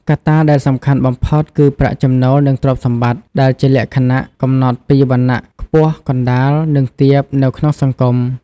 កត្តាដែលសំខាន់បំផុតគឺប្រាក់ចំណូល និងទ្រព្យសម្បត្តិ ដែលជាលក្ខណៈកំណត់ពីវណ្ណៈខ្ពស់ កណ្តាល និងទាបនៅក្នុងសង្គម។